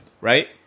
Right